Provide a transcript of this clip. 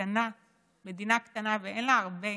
מדינה קטנה ואין לה הרבה